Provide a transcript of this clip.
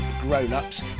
grown-ups